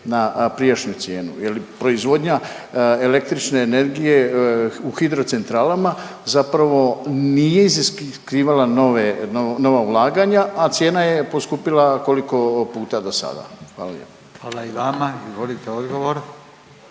na prijašnju cijenu, je li proizvodnja električne energije u hidrocentralama zapravo nije iziskivala nove, nova ulaganja, a cijena je poskupila koliko puta do sada, hvala lijepo.